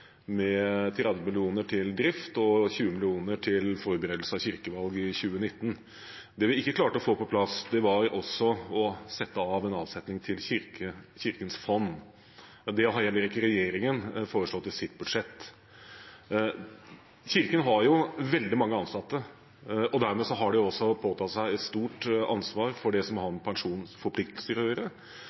med 30 mill. til drift og 20 mill. til forberedelse av kirkevalg i 2019. Det vi ikke klarte å få på plass, var å sette av en avsetning til Kirkens fond. Det har heller ikke regjeringen foreslått i sitt budsjett. Kirken har veldig mange ansatte, og dermed har de også påtatt seg et stort ansvar for det som har med pensjonsforpliktelser å gjøre.